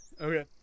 Okay